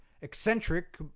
eccentric